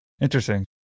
Interesting